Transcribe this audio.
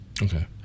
Okay